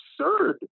absurd